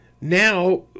now